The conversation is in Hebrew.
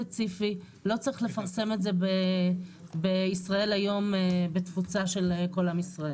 לא צריך לפרסם את זה בישראל היום בתפוצה של כל עם ישראל.